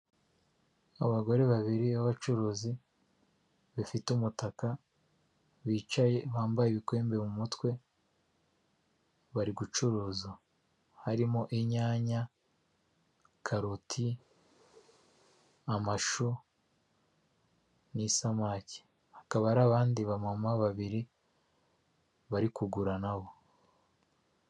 Abagore babiri b'abacuruzi, bafite umutaka, bicaye bambaye ibikwembe mu mutwe, bari gucuruza harimo: inyanya, karoti, amashu, n'isamaki hakaba hari n'abandi bamama babiri bari kugura nabo.